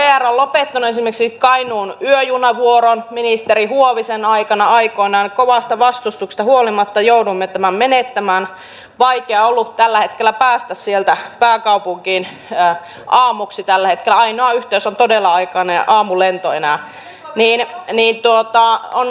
aikaisemmin kun vr on lopettanut esimerkiksi kainuun yöjunavuoron ministeri huovisen aikana aikoinaan kovasta vastustuksesta huolimatta jouduimme tämän menettämään niin vaikea on ollut tällä hetkellä päästä sieltä pääkaupunkiin aamuksi tällä hetkellä ainoa yhteys on todella aikainen aamulento enää